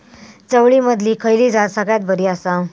चवळीमधली खयली जात सगळ्यात बरी आसा?